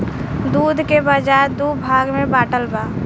दूध के बाजार दू भाग में बाटल बा